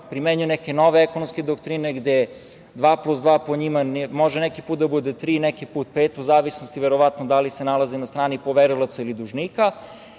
primenjuju neke nove ekonomske doktrine, gde 2+2 po njima može neki put da bude tri, neki put pet, u zavisnosti, verovatno, da li se nalazi na strani poverilaca ili dužnika,